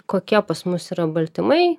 kokie pas mus yra baltymai